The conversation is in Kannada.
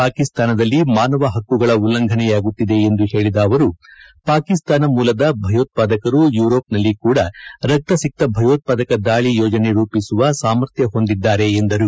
ಪಾಕಿಸ್ತಾನದಲ್ಲಿ ಮಾನವ ಪಕ್ಕುಗಳ ಉಲ್ಲಂಘನೆಯಾಗುತ್ತಿದೆ ಎಂದು ಹೇಳಿದ ಅವರು ಪಾಕಿಸ್ತಾನ ಮೂಲದ ಭಯೋತ್ಪಾದಕರು ಯೂರೋಪ್ ನಲ್ಲಿ ಕೂಡ ರಕ್ತಸಿಕ್ತ ಭಯೋತ್ಪಾದಕ ದಾಳಿ ಯೋಜನೆ ರೂಪಿಸುವ ಸಾಮರ್ಥ್ಯ ಹೊಂದಿದ್ದಾರೆ ಎಂದರು